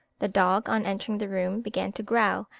the dog, on entering the room, began to growl,